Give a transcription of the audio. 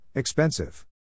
Expensive